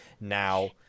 Now